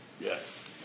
Yes